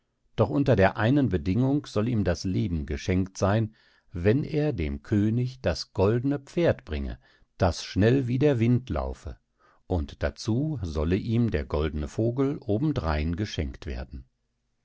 doch unter der einen bedingung soll ihm das leben geschenkt seyn wenn er dem könig das goldne pferd bringe das schnell wie der wind laufe und dazu solle ihm der goldne vogel obendrein geschenkt werden